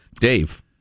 Dave